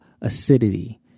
acidity